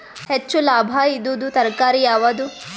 ಹೆಚ್ಚು ಲಾಭಾಯಿದುದು ತರಕಾರಿ ಯಾವಾದು?